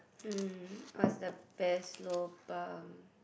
hmm what's the best lobang